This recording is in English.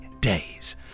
days